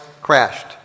crashed